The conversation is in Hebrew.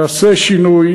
נעשה שינוי.